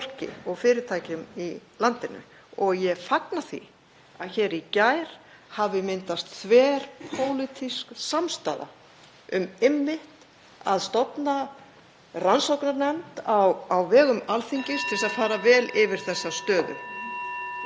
og fyrirtækjum í landinu. Ég fagna því að í gær hafi myndast hér þverpólitísk samstaða um að stofna rannsóknarnefnd á vegum Alþingis til að fara vel yfir þessa stöðu.